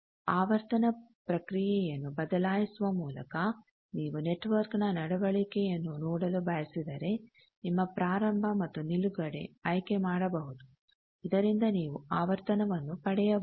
ಆವರ್ತನ ಪ್ರಕ್ರಿಯೆಯನ್ನು ಬದಲಾಯಿಸುವ ಮೂಲಕ ನೀವು ನೆಟ್ವರ್ಕ್ನ ನಡವಳಿಕೆಯನ್ನುನೋಡಲು ಬಯಸಿದರೆ ನೀವು ಪ್ರಾರಂಭ ಮತ್ತು ನಿಲುಗಡೆ ಆಯ್ಕೆ ಮಾಡಬಹುದು ಇದರಿಂದ ನೀವು ಆವರ್ತನವನ್ನು ಪಡೆಯಬಹುದು